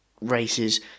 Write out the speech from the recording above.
races